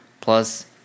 plus